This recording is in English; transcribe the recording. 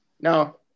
No